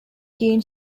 keen